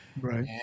right